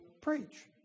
preach